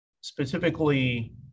specifically